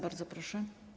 Bardzo proszę.